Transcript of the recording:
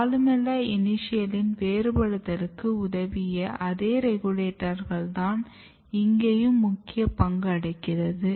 columella இனிஷியலின் வேறுபாடுதலுக்கு உதவிய அதே ரெகுலேட்டர்கள் தான் இங்கயும் முக்கியப் பங்களிக்கிறது